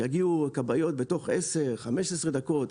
שיגיעו כבאיות בתוך 15-10 דקות,